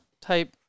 type